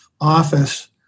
office